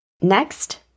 Next